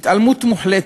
התעלמות מוחלטת.